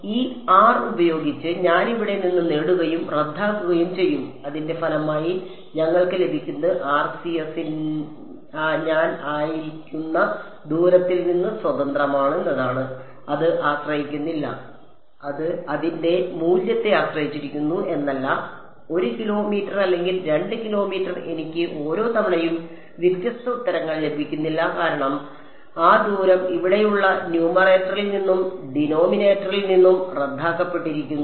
ഈ r ഉപയോഗിച്ച് ഞാൻ ഇവിടെ നിന്ന് നേടുകയും റദ്ദാക്കുകയും ചെയ്യും അതിന്റെ ഫലമായി ഞങ്ങൾക്ക് ലഭിക്കുന്നത് RCS ഞാൻ ആയിരിക്കുന്ന ദൂരത്തിൽ നിന്ന് സ്വതന്ത്രമാണ് എന്നതാണ് അത് ആശ്രയിക്കുന്നില്ല അത് അതിന്റെ മൂല്യത്തെ ആശ്രയിച്ചിരിക്കുന്നു എന്നല്ല 1 കിലോമീറ്റർ അല്ലെങ്കിൽ 2 കിലോമീറ്റർ എനിക്ക് ഓരോ തവണയും വ്യത്യസ്ത ഉത്തരങ്ങൾ ലഭിക്കുന്നില്ല കാരണം ആ ദൂരം ഇവിടെയുള്ള ന്യൂമറേറ്ററിൽ നിന്നും ഡിനോമിനേറ്ററിൽ നിന്നും റദ്ദാക്കപ്പെട്ടിരിക്കുന്നു